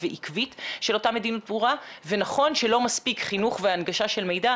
ועקבית של אותה מדיניות ברורה ונכון שלא מספיק חינוך והנגשה של מידע,